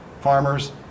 farmers